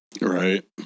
Right